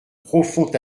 profond